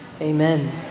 Amen